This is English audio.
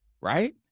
right